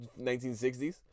1960s